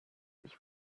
ich